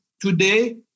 today